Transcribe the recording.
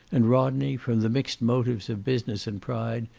and rodney, from the mixed motives of business and pride,